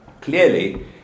clearly